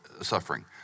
suffering